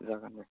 जागोन दे